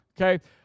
okay